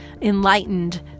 enlightened